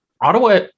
Ottawa